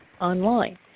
online